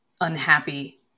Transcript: unhappy